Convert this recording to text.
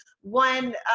One